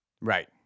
Right